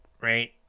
right